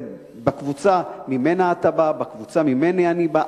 זה בקבוצה שממנה אתה בא, בקבוצה שממנה אני בא.